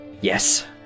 yes